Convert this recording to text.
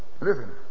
Listen